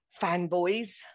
fanboys